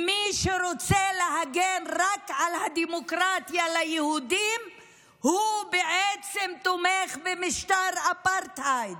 מי שרוצה להגן רק על הדמוקרטיה ליהודים בעצם תומך במשטר אפרטהייד,